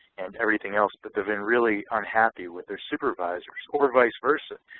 and everything else, but they've been really unhappy with their supervisors. or vice versa.